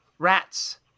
Rats